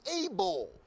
able